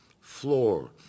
floor